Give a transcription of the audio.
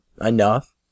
enough